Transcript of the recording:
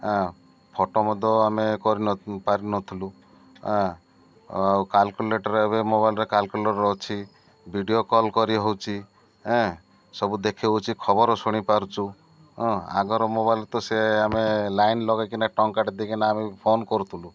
ଏଁ photo ମଧ୍ୟ ଆମେ କରିନ ପାରିନଥିଲୁ ଆଉ କାଲକୁଲେଟର ଏବେ ମୋବାଇଲରେ କାଲକୁୁଲେଟର ଅଛି ଭିଡ଼ିଓ କଲ୍ କରି ହେଉଛି ଏଁ ସବୁ ଦେଖି ହେଉଛି ଖବର ଶୁଣି ପାରୁଛୁଁ ଆଗର ମୋବାଇଲରେ ତ ସେ ଆମେ ଲାଇନ୍ ଲଗେଇକିନା ଟଙ୍କାଟେ ଦେଇକିନା ଆମେ ଫୋନ କରୁଥିଲୁ